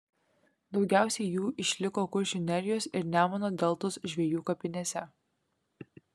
daugiausiai jų išliko kuršių nerijos ir nemuno deltos žvejų kapinėse